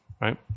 right